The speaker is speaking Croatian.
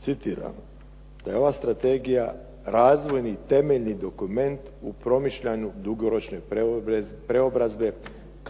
citiram: "da je ova strategija razvojni temeljni dokument u promišljanju dugoročne preobrazbe